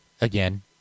again